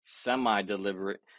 semi-deliberate